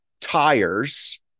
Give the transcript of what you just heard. tires